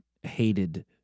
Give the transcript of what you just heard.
hated